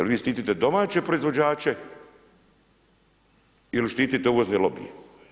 Jer vi štitite domaće proizvođače ili štitite uvozne lobije?